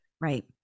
right